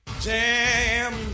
jam